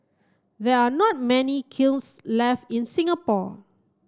there are not many kilns left in Singapore